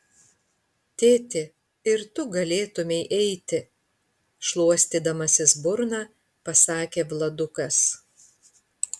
tėti ir tu galėtumei eiti šluostydamasis burną pasakė vladukas